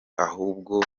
ahubwo